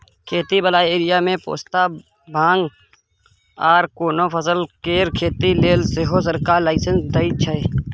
खेती बला एरिया मे पोस्ता, भांग आर कोनो फसल केर खेती लेले सेहो सरकार लाइसेंस दइ छै